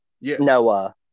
Noah